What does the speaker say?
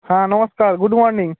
হ্যাঁ নমস্কার good morning